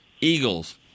Eagles